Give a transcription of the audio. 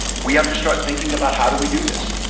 we have to start thinking about how do we do this.